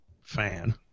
fan